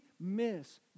miss